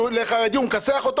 את החרדי בהפגנה הוא מכסח,